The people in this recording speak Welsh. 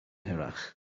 hirach